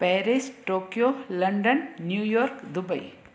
Paris Tokyo London New York Dubai